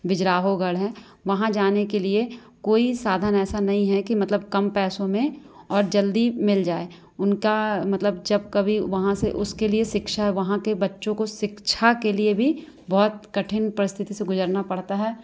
विजयराघवगढ़ है वहाँ जाने के लिए कोई साधन ऐसा नहीं है कि मतलब कम पैसों में और जल्दी मिल जाए उनका मतलब जब कभी वहाँ से उसके लिए शिक्षा वहाँ के बच्चों को शिक्षा के लिए भी बहुत कठिन परिस्थिति से गुजरना पड़ता है